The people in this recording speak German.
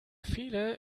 viele